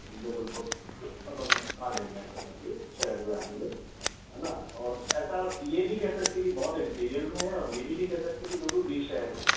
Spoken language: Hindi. जबलपुर मतलब आने में ऐसा कर के शहर में आने में है ना और ऐसा ये भी कह सकते कि बहुत इंटीरियल में है और ये भी नहीं कह सकते कि बिल्कुल बीच शहर में